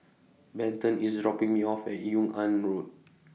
Benton IS dropping Me off At Yung An Road